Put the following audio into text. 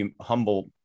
humble